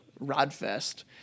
Rodfest